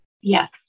Yes